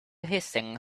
hissing